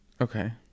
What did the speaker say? Okay